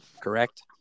correct